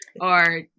or-